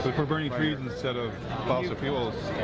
but if we're burning trees instead of fossil fuels.